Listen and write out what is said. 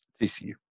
TCU